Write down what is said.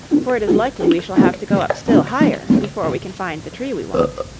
for it is likely we shall have to go up still higher before we can find the tree we want.